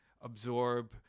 absorb